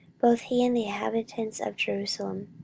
both he and the inhabitants of jerusalem,